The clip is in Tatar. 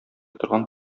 торган